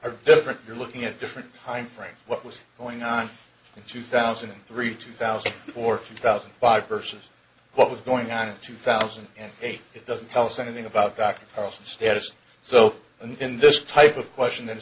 are different you're looking at different time frame what was going on in two thousand and three two thousand or five thousand five persons what was going on in two thousand and eight it doesn't tell us anything about dr house and status so in this type of question